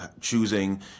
choosing